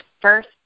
first